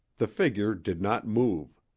the figure did not move.